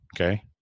okay